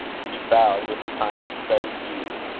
she bowed with a kind of studied ease,